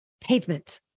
pavement